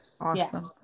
Awesome